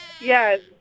Yes